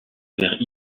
vers